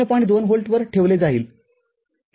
२ volt वर ठेवले जाईल ठीक आहे